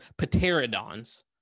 pterodons